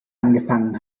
angefangen